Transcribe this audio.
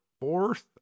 fourth